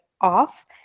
off